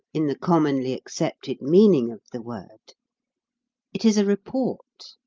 in the commonly accepted meaning of the word it is a report.